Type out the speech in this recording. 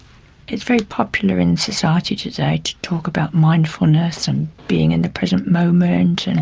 it's very popular in society today to talk about mindfulness and being in the present moment, and